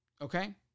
okay